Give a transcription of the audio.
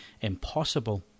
impossible